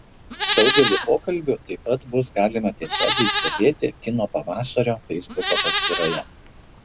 daugelį pokalbių taip pat bus galima tiesiogiai stebėti kino pavasario feisbuko paskyroje